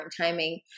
timing